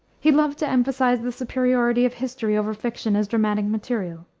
he loved to emphasize the superiority of history over fiction as dramatic material.